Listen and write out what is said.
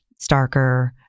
starker